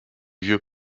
vieux